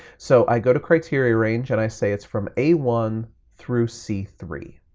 so i go to criteria range, and i say it's from a one through c three.